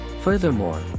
Furthermore